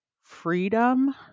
freedom